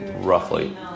roughly